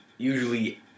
Usually